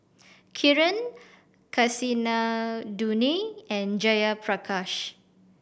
Kiran Kasinadhuni and Jayaprakash